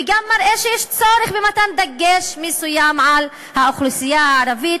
וגם מראה שיש צורך במתן דגש מסוים על האוכלוסייה הערבית,